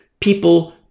people